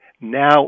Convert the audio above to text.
now